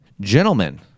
Gentlemen